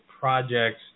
projects